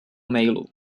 mailu